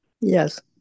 Yes